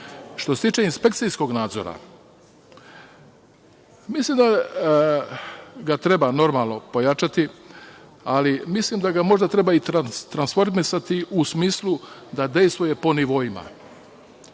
se tiče inspekcijskog nadzora, mislim da ga treba pojačati, ali mislim da ga možda treba i transformisati u smislu da dejstvuje po nivoima